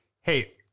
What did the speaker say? hey